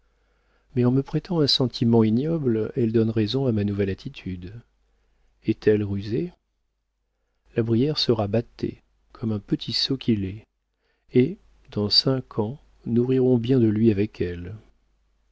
mais en me prêtant un sentiment ignoble elle donne raison à ma nouvelle attitude est-elle rusée la brière sera bâté comme un petit sot qu'il est et dans cinq ans nous rirons bien de lui avec elle